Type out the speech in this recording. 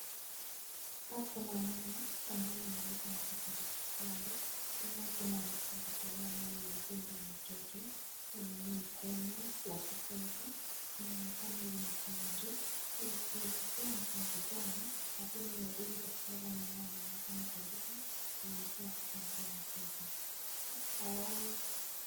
Hapa kuna mama ambaye ameleta mtoto hospitali pia kuna daktari pia anayedunga mtoto huyu mkono wa kushoto. Inaonekana hii ni chanjo sijajua ni chanjo gani lakini huyu daktari ambaye anaonekana kabisa kumpea chanjo mtoto.